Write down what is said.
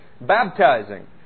baptizing